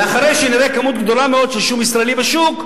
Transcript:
ואחרי שנראה כמות גדולה מאוד של שום ישראלי בשוק,